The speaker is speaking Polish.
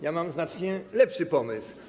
Ja mam znacznie lepszy pomysł.